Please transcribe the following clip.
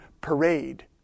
parade